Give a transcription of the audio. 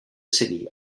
city